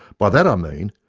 by that i mean,